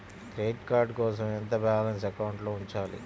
Credit card కోసం ఎంత balance అకౌంట్లో ఉంచాలి?